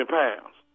pounds